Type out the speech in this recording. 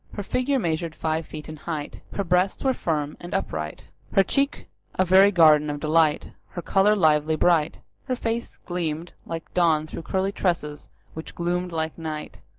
her figure measured five feet in height her breasts were firm and upright her cheek a very garden of delight her colour lively bright her face gleamed like dawn through curly tresses which gloomed like night,